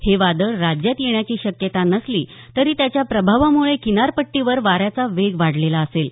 हे वादळ राज्यात येण्याची शक्यता नसली तरी त्याच्या प्रभावामुळे किनारपट्टीवर वाऱ्याचा वेग वाढलेला असेल